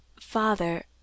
Father